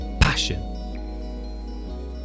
passion